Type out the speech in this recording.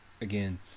again